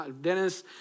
Dennis